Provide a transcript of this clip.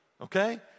okay